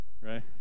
right